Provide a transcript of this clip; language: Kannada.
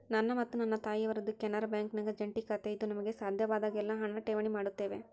ನನ್ನ ಮತ್ತು ನನ್ನ ತಾಯಿಯವರದ್ದು ಕೆನರಾ ಬ್ಯಾಂಕಿನಾಗ ಜಂಟಿ ಖಾತೆಯಿದ್ದು ನಮಗೆ ಸಾಧ್ಯವಾದಾಗೆಲ್ಲ ಹಣ ಠೇವಣಿ ಮಾಡುತ್ತೇವೆ